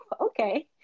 okay